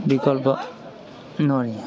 বিকল্প নোৱাৰি